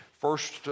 first